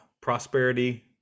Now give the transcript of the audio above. prosperity